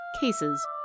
cases